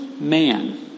man